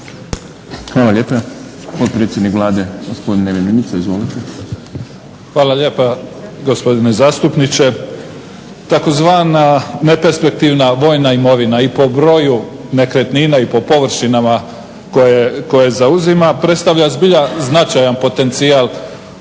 Hvala lijepa. Potpredsjednik Vlade gospodin neven Mimica. Izvolite. **Mimica, Neven (SDP)** Hvala lijepa gospodine zastupniče. Takozvana neperspektivna vojna imovina i po broju nekretnina i po površinama koje zauzima predstavlja zbilja značajan potencijal